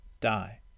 die